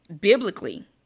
biblically